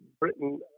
Britain